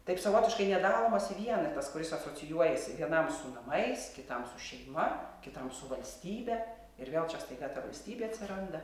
taip savotiškai nedalomas vienetas kuris asocijuojasi vienam su namais kitam su šeima kitam su valstybe ir vėl čia staiga ta valstybė atsiranda